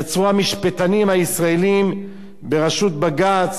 יצרו המשפטנים הישראלים בראשות בג"ץ,